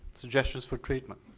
suggestions for treatment.